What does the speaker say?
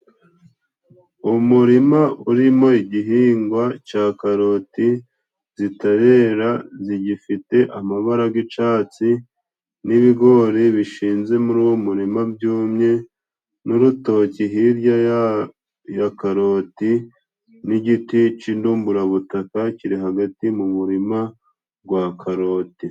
Umurima urimo igihingwa ca karoti zitarera zigifite amabarara g'icatsi ,n'ibigori bishinze muri uwo murima byumye n'urutoki hirya ya ya karoti, n'igiti c'indumburabutaka kiri hagati mu muririma gwa karoti.